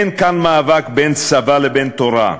אין כאן מאבק בין צבא לבין תורה.